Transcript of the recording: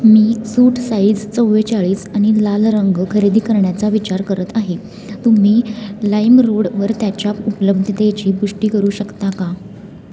मी suit size चव्वेचाळीस आणि लाल रंग खरेदी करण्याचा विचार करत आहे तुम्ही लाईमरोडवर त्याच्या उपलब्धतेची पुष्टी करू शकता का